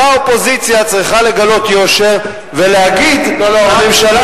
היתה האופוזיציה צריכה לגלות יושר ולהגיד: הממשלה